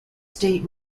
state